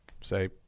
say